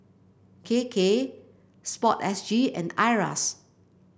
K K sport S G and Iras